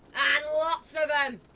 and lots of em!